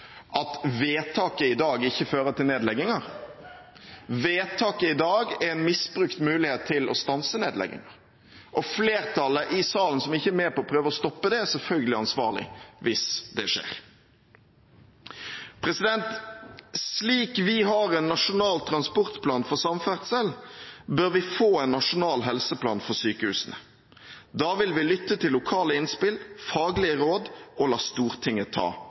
at vedtaket i dag ikke fører til nedlegginger. Vedtaket i dag er en misbrukt mulighet til å stanse nedlegginger, og flertallet i salen som ikke er med på å prøve å stoppe det, er selvfølgelig ansvarlig hvis det skjer. «Slik vi har en Nasjonal transportplan for samferdsel, bør vi få en nasjonal helseplan for sykehusene. Da vil vi lytte til lokale innspill, faglige råd og la Stortinget ta